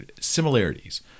similarities